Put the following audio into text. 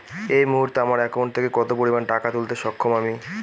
এই মুহূর্তে আমার একাউন্ট থেকে কত পরিমান টাকা তুলতে সক্ষম আমি?